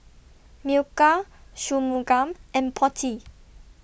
Milkha Shunmugam and Potti